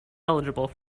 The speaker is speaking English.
eligible